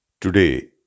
Today